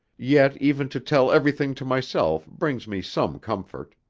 yet even to tell everything to myself brings me some comfort.